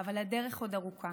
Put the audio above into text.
אבל הדרך עוד ארוכה